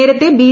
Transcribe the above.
നേരത്തെ ബി